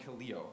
kaleo